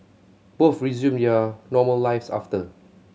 both resumed their normal lives after